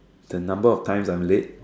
the number of times I'm late